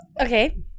Okay